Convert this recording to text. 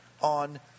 on